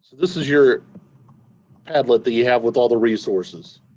this is your padlet that you have with all the resources.